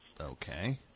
Okay